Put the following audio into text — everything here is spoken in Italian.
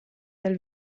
dal